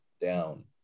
down